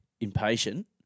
impatient